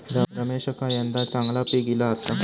रमेशका यंदा चांगला पीक ईला आसा